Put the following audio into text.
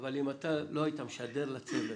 אבל אם אתה לא היית משדר לצוות